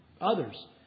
others